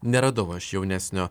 neradau aš jaunesnio